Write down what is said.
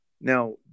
Now